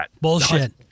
Bullshit